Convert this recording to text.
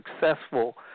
successful